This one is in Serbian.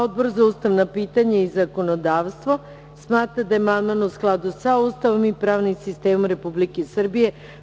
Odbor za ustavna pitanja i zakonodavstvo smatra da je amandman u skladu sa Ustavom i pravnim sistemom Republike Srbije.